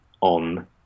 on